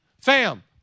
Fam